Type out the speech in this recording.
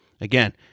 Again